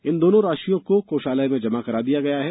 इन दोनों राशियों को कोषालय में जमा करा दिया गया है